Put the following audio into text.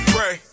Pray